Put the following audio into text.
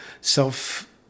self